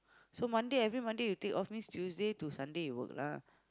so Monday every Monday you take off means Tuesday to Sunday you work lah